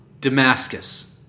Damascus